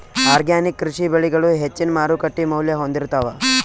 organic ಕೃಷಿ ಬೆಳಿಗಳು ಹೆಚ್ಚಿನ್ ಮಾರುಕಟ್ಟಿ ಮೌಲ್ಯ ಹೊಂದಿರುತ್ತಾವ